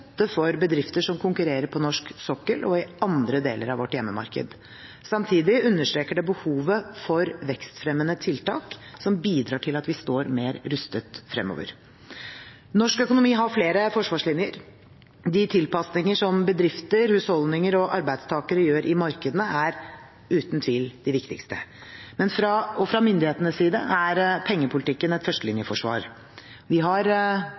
for bedrifter som konkurrerer på norsk sokkel og i andre deler av vårt hjemmemarked. Samtidig understreker det behovet for vekstfremmende tiltak som bidrar til at vi står mer rustet fremover. Norsk økonomi har flere forsvarslinjer. De tilpasninger som bedrifter, husholdninger og arbeidstakere gjør i markedene, er uten tvil det viktigste. Og fra myndighetenes side er pengepolitikken et førstelinjeforsvar. Vi har